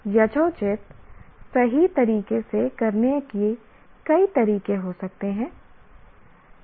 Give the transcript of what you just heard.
तो यथोचित सही तरीके से करने के कई तरीके हो सकते हैं